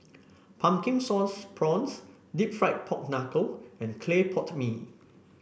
Pumpkin Sauce Prawns deep fried Pork Knuckle and Clay Pot Mee